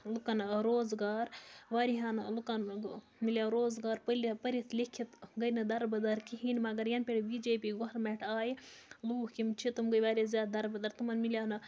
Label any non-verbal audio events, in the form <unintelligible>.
لُکَن وۄنۍ روزگار واریاہَن لُکَن مِلیو روزگار <unintelligible> پٔرِتھ لیٚکھِتھ گٔے نہٕ دَربٕدَر کِہیٖنۍ مگر یَنہٕ پٮ۪ٹھ بی جے پی گورمٮ۪نٛٹ آیہِ لوٗکھ یِم چھِ تِم گٔے واریاہ زیادٕ دَربٕدَر تِمَن مِلیو نہٕ